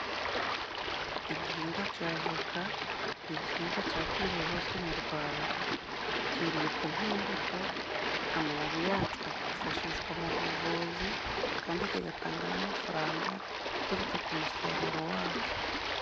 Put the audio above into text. Igihingwa ca voka ni igihingwa cakwiriye hose mu Rwanda. Kiribwa nk'imbuto, amababi yaco akifashishwa mu buvuzi, kandi kigatanga n'amafaranga aturutse ku musaruro waco.